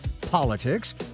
politics